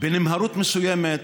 בנמהרות מסוימת,